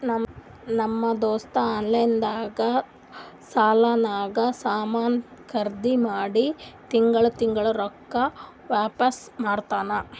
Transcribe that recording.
ನಮ್ ದೋಸ್ತ ಆನ್ಲೈನ್ ನಾಗ್ ಸಾಲಾನಾಗ್ ಸಾಮಾನ್ ಖರ್ದಿ ಮಾಡಿ ತಿಂಗಳಾ ತಿಂಗಳಾ ರೊಕ್ಕಾ ವಾಪಿಸ್ ಕೊಡ್ತಾನ್